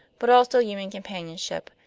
but also human companionship,